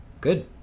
good